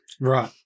Right